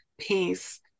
peace